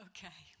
Okay